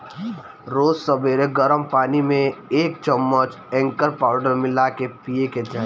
रोज सबेरे गरम पानी में एक चमच एकर पाउडर मिला के पिए के चाही